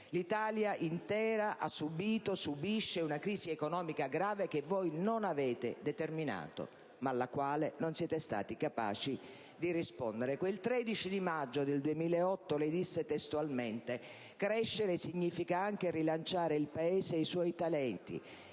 l'Italia intera ha subito e subisce una crisi economica grave che voi non avete determinato, ma alla quale non siete stati capaci di rispondere. Quel 13 maggio 2008 lei disse testualmente: «Crescere significa anche rilanciare il Paese e i suoi talenti,